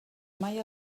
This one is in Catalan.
mai